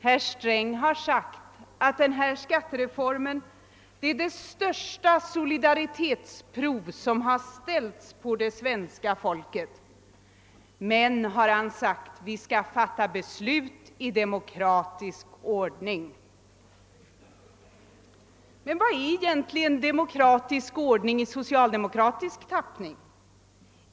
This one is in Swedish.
Herr Sträng har sagt att denna skattereform är det största solidaritetsprov som det svenska folket har ställts på, men han har tillagt att vi skall fatta beslut i demokratisk ordning. Vad är egentligen demokratisk ordning i socialdemokratisk tappning?